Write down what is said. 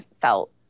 felt